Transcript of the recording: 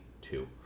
two